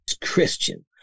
Christian